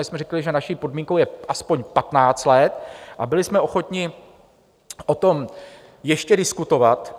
A my jsme řekli, že naší podmínkou je aspoň 15 let, a byli jsme ochotni o tom ještě diskutovat.